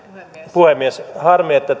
puhemies harmi että